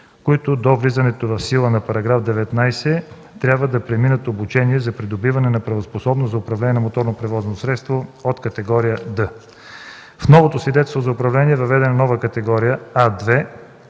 които до влизането в сила на § 19 трябва да преминат обучение за придобиване на правоспособност за управление на моторно превозно средство от категория „D”. В новото свидетелство за управление е въведена нова категория –